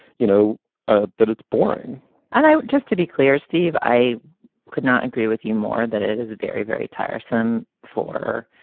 you know ah that it's boring and just to be clear steve i could not agree with you more that it is very very tiresome for